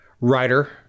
writer